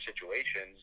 situations